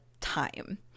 time